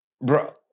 bro